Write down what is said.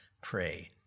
pray